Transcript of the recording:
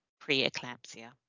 pre-eclampsia